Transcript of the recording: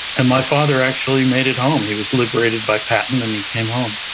and my father actually made it home, he was liberated by patent and he came home.